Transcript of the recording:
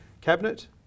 cabinet